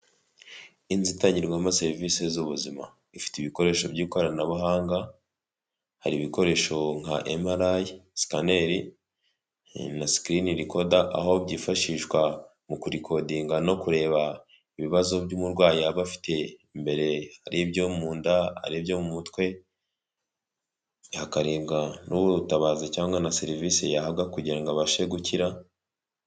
Inzu itangirwamo serivisi z'ubuzima ifite ibikoresho by'ikoranabuhanga hari ibikoresho nka MRI sikaneri na sikirini rikoda aho byifashishwa mu kurikodinga no kureba ibibazo by'umurwayi aba afite mbere hari ibyo mu nda ari ibyo mu mutwe hakarebwa nubwo butabazi cyangwa na serivisi yahabwa kugira ngo abashe gukira.